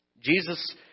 Jesus